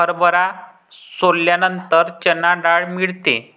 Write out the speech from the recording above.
हरभरा सोलल्यानंतर चणा डाळ मिळते